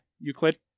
Euclid